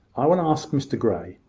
i will ask mr grey.